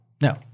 No